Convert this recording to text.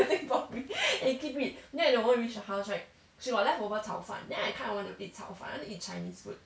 from me and keep it then the moment we reached the house right she got leftover 炒饭 then I kind of want to eat 炒饭 I want to eat chinese food